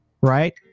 right